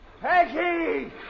Peggy